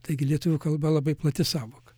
taigi lietuvių kalba labai plati sąvoka